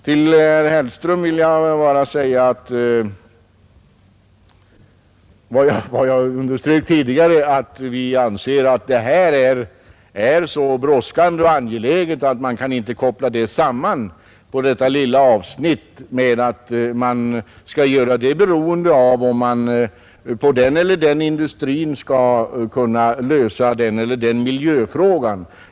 Till herr Hellström vill jag bara säga vad jag tidigare underströk, 51 nämligen att vi anser att denna fråga på detta lilla avsnitt är så brådskande och angelägen att man inte kan göra den beroende av huruvida man inom den eller den industrin skall kunna lösa den eller den miljöfrågan.